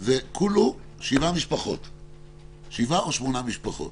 זה כולו שבע או שמונה משפחות.